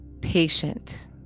patient